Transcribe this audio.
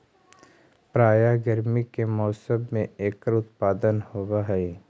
प्रायः गर्मी के मौसम में एकर उत्पादन होवअ हई